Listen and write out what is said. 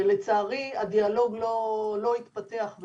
לצערי הדיאלוג לא התפתח.